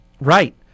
Right